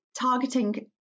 targeting